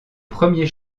premier